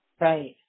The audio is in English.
Right